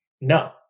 no